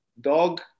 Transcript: Dog